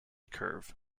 curve